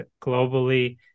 globally